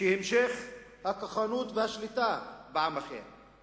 שהמשך הכוחנות והשליטה בעם אחר,